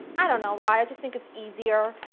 i don't know why, i just think it's easier,